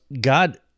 God